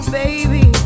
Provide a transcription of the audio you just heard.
baby